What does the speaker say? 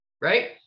right